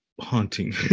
haunting